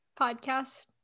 podcast